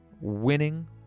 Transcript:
winning